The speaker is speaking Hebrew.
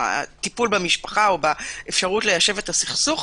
בטיפול במשפחה או באפשרות ליישב את הסכסוך